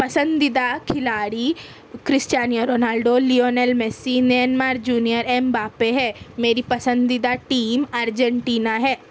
پسندیدہ کھلاڑی Cristiano Ronaldo Lionel Messi Neymar junior Mbappe ہے میری پسندیدہ ٹیم ارجینٹینا ہے